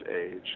age